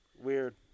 weird